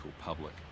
public